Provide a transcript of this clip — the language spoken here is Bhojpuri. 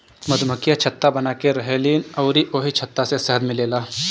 मधुमक्खियाँ छत्ता बनाके रहेलीन अउरी ओही छत्ता से शहद मिलेला